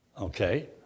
Okay